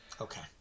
Okay